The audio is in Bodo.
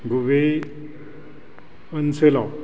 गुबैयै ओनसोलाव